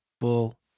full